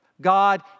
God